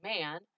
man